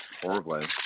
horribly